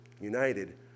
united